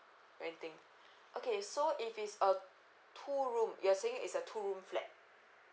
renting okay so if it's a two room you're saying it's a two room flat